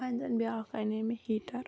وۄنۍ زَن بیاکھ اَنے مےٚ ہیٖٹر